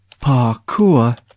Parkour